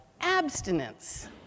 abstinence